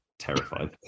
terrified